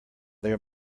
their